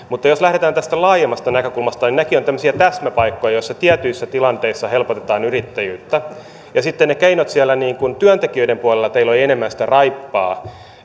mutta jos lähdetään tästä laajemmasta näkökulmasta niin nämäkin ovat tämmöisiä täsmäpaikkoja joissa tietyissä tilanteissa helpotetaan yrittäjyyttä ja sitten ne keinot siellä työntekijöiden puolella teillä olivat enemmän sitä raippaa